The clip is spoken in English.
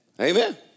Amen